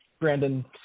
Brandon